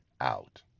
out